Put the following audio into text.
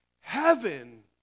heaven